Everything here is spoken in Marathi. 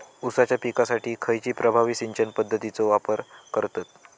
ऊसाच्या पिकासाठी खैयची प्रभावी सिंचन पद्धताचो वापर करतत?